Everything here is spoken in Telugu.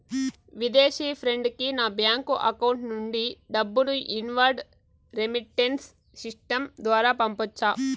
విదేశీ ఫ్రెండ్ కి నా బ్యాంకు అకౌంట్ నుండి డబ్బును ఇన్వార్డ్ రెమిట్టెన్స్ సిస్టం ద్వారా పంపొచ్చా?